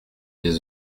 des